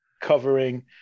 covering